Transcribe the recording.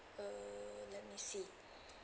uh let me see